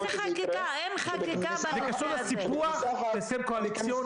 בוקר טוב לכולם,